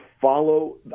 follow